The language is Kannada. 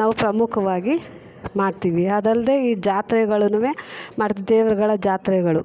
ನಾವು ಪ್ರಮುಖವಾಗಿ ಮಾಡ್ತೀವಿ ಅದಲ್ಲದೆ ಈ ಜಾತ್ರೆಗಳೂನು ತೇರುಗಳ ಜಾತ್ರೆಗಳು